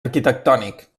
arquitectònic